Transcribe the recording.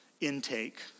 intake